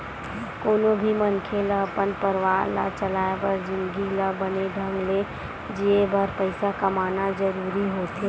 कोनो भी मनखे ल अपन परवार ला चलाय बर जिनगी ल बने ढंग ले जीए बर पइसा कमाना जरूरी होथे